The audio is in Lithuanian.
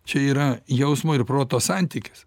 čia yra jausmo ir proto santykis